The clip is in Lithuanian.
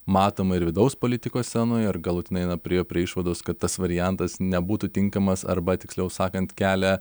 matoma ir vidaus politikos scenoje ar galutinai priėjo prie išvados kad tas variantas nebūtų tinkamas arba tiksliau sakant kelia